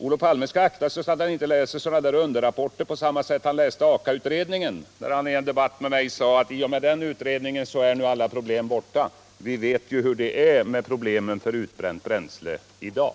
Olof Palme skall akta sig så att han inte läser sådana där underrapporter på samma sätt som han läste Aka-utredningen, när han i en debatt med mig sade att i och med den utredningen är nu alla problem borta. Vi vet ju hur det är med problemen i fråga om utbränt bränsle i dag.